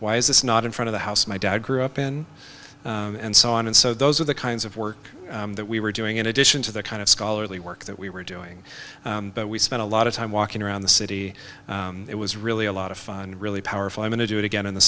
why is this not in front of the house my dad grew up in and so on and so those are the kinds of work that we were doing in addition to the kind of scholarly work that we were doing but we spent a lot of time walking around the city it was really a lot of fun really powerful i mean to do it again in the